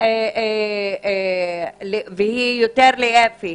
היא יותר לאפי.